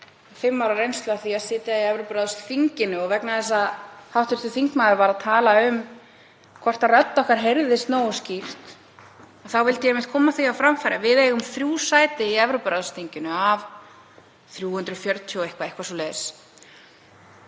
fimm ára reynslu af því að sitja á Evrópuráðsþinginu. Vegna þess að hv. þingmaður var að tala um hvort rödd okkar heyrðist nógu skýrt þá vildi ég koma því á framfæri að við eigum þrjú sæti í Evrópuráðsþinginu af 340, eitthvað svoleiðis.